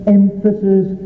emphasis